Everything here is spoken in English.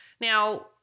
Now